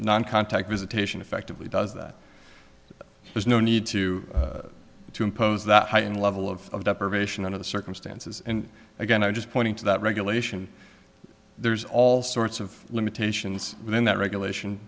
noncontact visitation effectively does that there's no need to to impose that heightened level of deprivation under the circumstances and again i'm just pointing to that regulation there's all sorts of limitations within that regulation